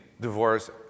divorce